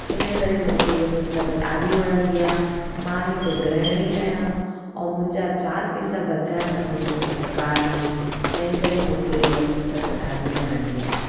हिन करे मूंखे हीअ पुस्तक ॾाढी वणंदी आहे मां हिकु गृहणी आहियां ऐं मुंहिंजा चार पैसा बचाइणु त मुंहिंजो अधिकारु आहे तंहिं करे त मूंखे हीअ पुस्तक ॾाढी वणंदी आहे